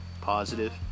positive